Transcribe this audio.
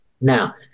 Now